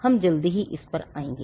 हम जल्द ही इस पर आएँगे